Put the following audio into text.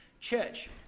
Church